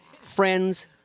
friends